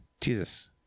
Jesus